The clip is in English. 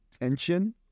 tension